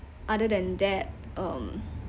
other than that um